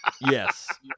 yes